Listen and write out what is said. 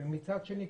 ומצד שני,